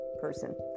person